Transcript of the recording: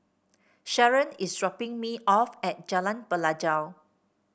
Sharen is dropping me off at Jalan Pelajau